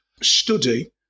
study